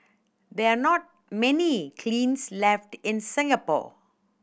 there are not many kilns left in Singapore